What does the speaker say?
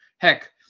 Heck